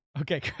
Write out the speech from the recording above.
Okay